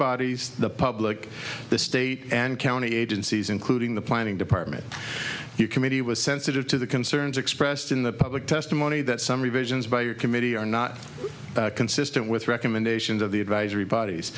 bodies the public the state and county agencies including the planning department you committee was sensitive to the concerns expressed in the public testimony that some revisions by your committee are not consistent with recommendations of the advisory bodies